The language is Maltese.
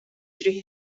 ġrieħi